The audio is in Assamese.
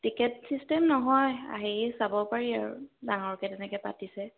টিকেট চিষ্টেম নহয় আহি চাব পাৰি আৰু ডাঙৰকৈ তেনেকৈ পাতিছে